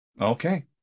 Okay